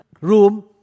room